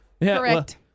Correct